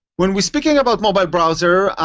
when we're speaking about mobile browser,